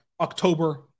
October